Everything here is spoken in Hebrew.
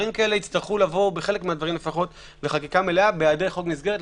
כאלה יצטרכו לבוא בחלק מהם בחקיקה מלאה בהעדר חוק מסגרת.